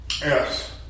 Yes